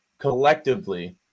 collectively